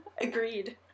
Agreed